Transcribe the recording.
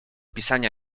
pisania